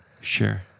Sure